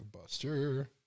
Buster